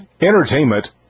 entertainment